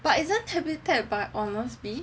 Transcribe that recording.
but isn't habitat by Honestbee